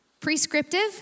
prescriptive